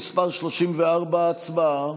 החברתית,